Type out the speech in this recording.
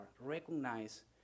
recognize